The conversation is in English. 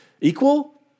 equal